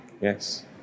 Yes